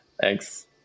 Thanks